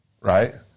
right